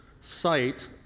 site